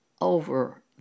over